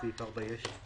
פה אחד.